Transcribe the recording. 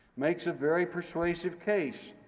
makes a very persuasive case,